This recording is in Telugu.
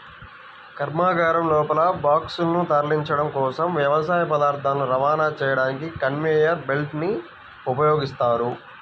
కర్మాగారం లోపల బాక్సులను తరలించడం కోసం, వ్యవసాయ పదార్థాలను రవాణా చేయడానికి కన్వేయర్ బెల్ట్ ని ఉపయోగిస్తారు